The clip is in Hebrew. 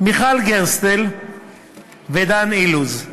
מיכל גרסטל ודן אילוז.